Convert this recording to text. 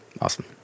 Awesome